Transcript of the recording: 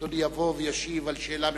שאדוני יבוא וישיב על שאלה מפורטת,